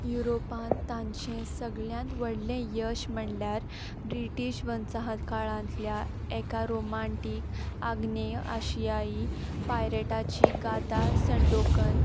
युरोपांत तांचें सगळ्यांत व्हडलें यश म्हणल्यार ब्रिटीश वसाहत काळांतल्या एका रोमांटीक आग्नेय आशियाई पायरेटाची गाता संडोकन